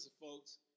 folks